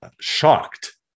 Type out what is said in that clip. shocked